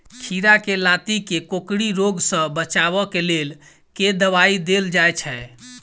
खीरा केँ लाती केँ कोकरी रोग सऽ बचाब केँ लेल केँ दवाई देल जाय छैय?